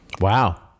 Wow